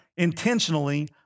intentionally